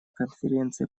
конференции